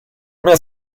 mehr